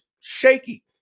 shaky